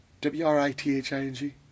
W-R-I-T-H-I-N-G